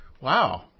Wow